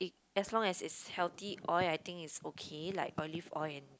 eh as long as it's healthy oil I think it's okay like olive oil and